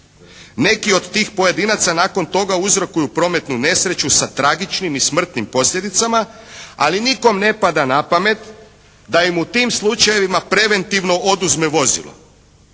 Neki od tih pojedinaca nakon toga uzrokuju prometnu nesreću sa tragičnim i smrtnim posljedicama ali nikome ne pada na pamet da im u tim slučajevima preventivno oduzme vozilo